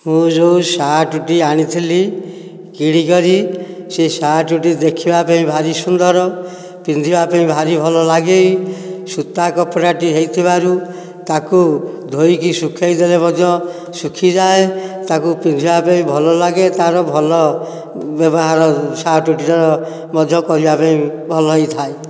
ମୁଁ ଯେଉଁ ସାର୍ଟ ଟି ଆଣିଥିଲି କିଣିକରି ସେ ସାର୍ଟ ଟି ଦେଖିବା ପାଇଁ ଭାରି ସୁନ୍ଦର ପିନ୍ଧିବା ପାଇଁ ଭାରି ଭଲ ଲାଗେ ସୁତା କପଡ଼ାଟି ହୋଇଥିବାରୁ ତାକୁ ଧୋଇକି ସୁଖେଇଦେଲେ ମଧ୍ୟ ଶୁଖିଯାଏ ତାକୁ ପିନ୍ଧିବା ପାଇଁ ଭଲ ଲାଗେ ତାର ଭଲ ବ୍ୟବହାର ସାର୍ଟଟିର ମଧ୍ୟ କରିବାପାଇଁ ଭଲ ହେଇଥାଏ